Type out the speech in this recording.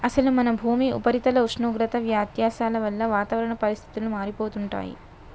అసలు మన భూమి ఉపరితల ఉష్ణోగ్రత వ్యత్యాసాల వల్ల వాతావరణ పరిస్థితులు మారిపోతుంటాయి